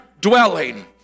dwelling